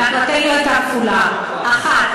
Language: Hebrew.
מטרתנו הייתה כפולה: ראשית,